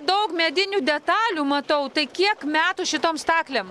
daug medinių detalių matau tai kiek metų šitom staklėm